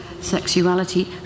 sexuality